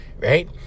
right